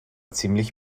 ziemlich